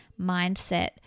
mindset